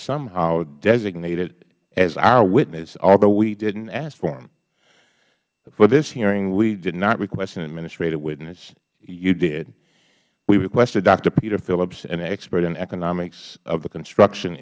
somehow designated as our witness although we didn't ask for him for this hearing we did not request an administrative witness you did we requested doctor peter phillips an expert in economics of the construction